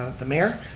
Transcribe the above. the mayor,